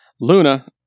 Luna